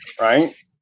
Right